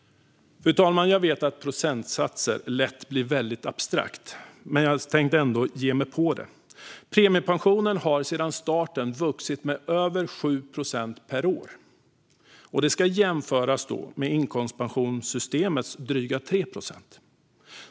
Fru talman! Jag vet att det här med procentsatser blir väldigt abstrakt, men jag tänkte ändå ge mig på det. Premiepensionen har sedan starten vuxit med över 7 procent per år. Det ska jämföras med inkomstpensionssystemets dryga 3 procent.